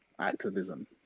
activism